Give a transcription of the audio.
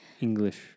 English